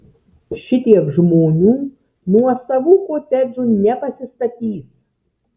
šitiek žmonių nuosavų kotedžų nepasistatys